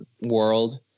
world